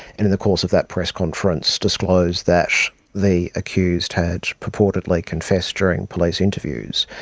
and in the course of that press conference disclosed that the accused had purportedly confessed during police interviews.